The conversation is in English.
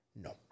No